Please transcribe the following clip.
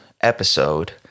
episode